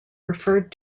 referred